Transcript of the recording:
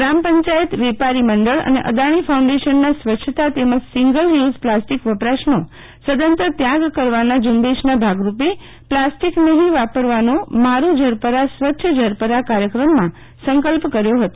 ગ્રામ પંચાયત વેપારી મંડળ અને અદાણી ફાઉન્ડેશનનાં સ્વચ્છતા તેમજ સિંગલયુઝ પ્લાસ્ટીક વપરાશનો સદંતર ત્યાગ કરવાનાં ઝુંબેશના ભાગરૂપે પ્લાસ્ટિક નહિવાપરવાનો મારું ઝરપરા સ્વચ્છ ઝરપરા કાર્યક્રમમાં સંકલ્પ કર્યો હતો